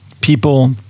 people